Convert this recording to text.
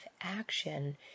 action